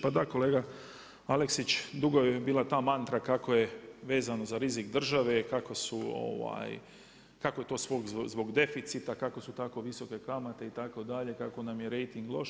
Pa da, kolega Aleksić dugo je bila ta mantra kako je vezano za rizik države, kako je to zbog deficita, kako su tako visoke kamate itd., kako nam je rejting loš.